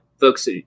folks